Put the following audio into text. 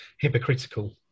hypocritical